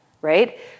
right